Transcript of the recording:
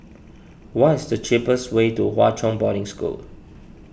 what is the cheapest way to Hwa Chong Boarding School